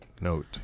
note